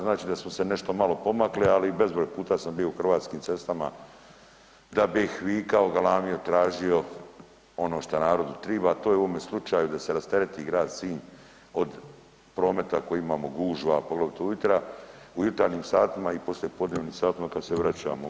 Znači da smo se nešto malo pomakli, ali bezbroj puta sam bio u Hrvatskim cestama da bih vikao, galamio, tražio ono što narodu triba, a to je u ovome slučaju da se rastereti grad Sinj od prometa koji imamo, gužva a poglavito ujutra, u jutarnjim satima i poslijepodnevnim satima kad se vraćamo.